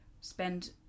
spend